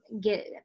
get